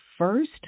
first